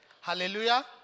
Hallelujah